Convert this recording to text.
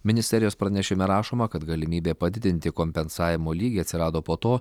ministerijos pranešime rašoma kad galimybė padidinti kompensavimo lygį atsirado po to